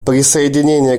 присоединение